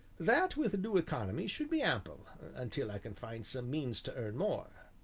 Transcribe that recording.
that, with due economy, should be ample until i can find some means to earn more.